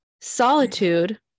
solitude